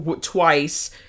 twice